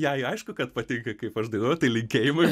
jai aišku kad patinka kaip aš dainuoju tai linkėjimai